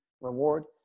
reward